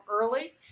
early